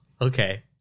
Okay